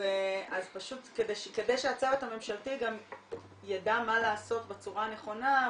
פשוט כדי שהצוות הממשלתי גם יידע מה לעשות בצורה הנכונה,